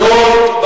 דנון,